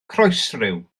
croesryw